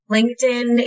LinkedIn